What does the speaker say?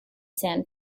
sand